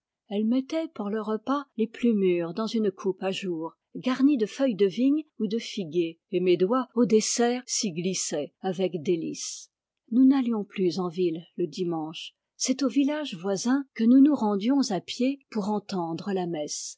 elle mettait pour le repas les plus mûres dans une coupe à jour garnie de feuilles de vigne ou de figuier et mes doigts au dessert s'y glissaient avec délice nous n'allions plus en ville le dimanche c'est au village voisin que nous nous rendions à pied pour entendre la messe